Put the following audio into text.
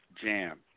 jam